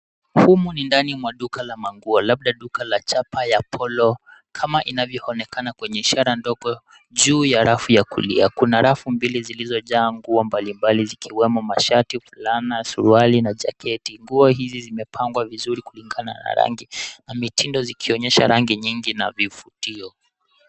Humu ni ndani mwa duka la manguo, labda duka la chapa ya polo, kama inavyoonekana kwenye ishara ndogo juu ya rafu ya kulia. Kuna rafu mbili zilizojaa na nguo mbalimbali, zikiwemo mashati, fulana, suruali na jaketi. Nguo hizi zimepangwa vizuri kulingana na rangi na mitindo, zikionyesha rangi nyingi na vifutio.